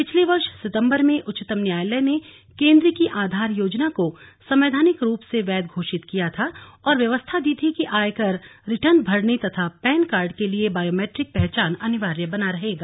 पिछले वर्ष सितंबर में उच्चतम न्यायालय ने केन्द्र की आधार योजना को संवैधानिक रूप से वैध घोषित किया था और व्यवस्था दी थी कि आयकर रिटर्न भरने तथा पैन कार्ड के लिए बायोमेट्रिक पहचान अनिवार्य बना रहेगा